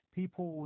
people